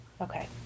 Okay